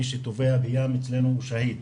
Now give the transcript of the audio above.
מי שטובע בים אצלנו הוא שאהיד.